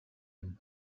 him